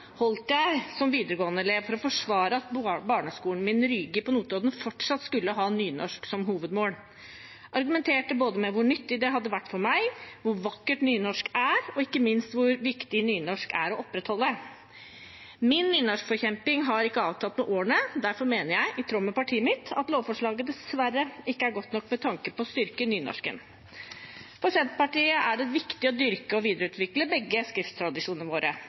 holdt jeg som elev på videregående for å forsvare at barneskolen min, Rygi, på Notodden, fortsatt skulle ha nynorsk som hovedmål. Jeg argumenterte både med hvor nyttig det hadde vært for meg, hvor vakkert nynorsk er, og ikke minst hvor viktig nynorsk er å opprettholde. Min kamp for nynorsken har ikke avtatt med årene. Derfor mener jeg, i tråd med partiet mitt, at lovforslaget dessverre ikke er godt nok med tanke på å styrke nynorsken. For Senterpartiet er det viktig å dyrke og videreutvikle begge skrifttradisjonene våre.